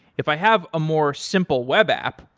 if i have a more simple web app,